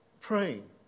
praying